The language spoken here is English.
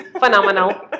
phenomenal